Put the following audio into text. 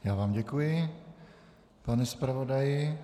Já vám děkuji, pane zpravodaji.